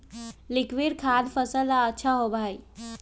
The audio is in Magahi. लिक्विड खाद फसल ला अच्छा होबा हई